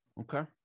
Okay